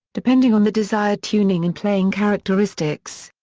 depending on the desired tuning and playing characteristics.